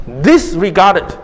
disregarded